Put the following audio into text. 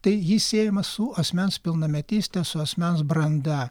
tai jis siejamas su asmens pilnametyste su asmens branda